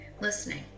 listening